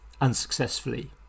unsuccessfully